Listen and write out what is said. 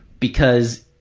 because,